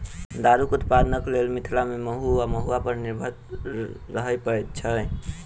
दारूक उत्पादनक लेल मिथिला मे महु वा महुआ पर निर्भर रहय पड़ैत छै